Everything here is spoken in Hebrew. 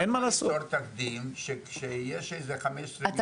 זה יצור תקדים שכשיש באזור החמישה עשר --- שמחכים להיכנס.